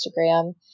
instagram